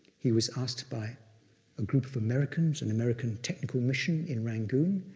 he was asked by a group of americans, an american technical mission in rangoon,